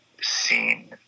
seen